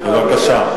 בבקשה.